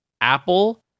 Apple